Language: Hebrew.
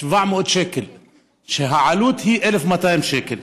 700 שקל,